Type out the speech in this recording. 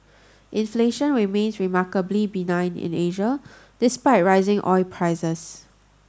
inflation remains remarkably benign in Asia despite rising oil prices